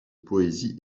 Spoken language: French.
poésie